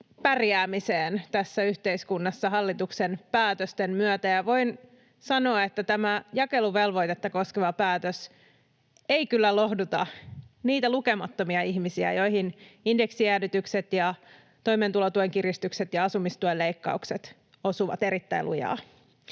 pärjäämiseen tässä yhteiskunnassa hallituksen päätösten myötä. Ja voin sanoa, että tämä jakeluvelvoitetta koskeva päätös ei kyllä lohduta niitä lukemattomia ihmisiä, joihin indeksijäädytykset ja toimeentulotuen kiristykset ja asumistuen leikkaukset osuvat erittäin lujaa.